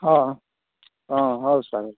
ହଁ ହଁ ହଉ ସାର୍